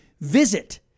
Visit